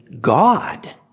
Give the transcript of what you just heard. God